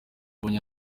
mbonyi